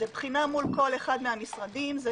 מול כלל אחד מהמשרדים.